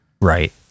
Right